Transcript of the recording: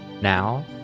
Now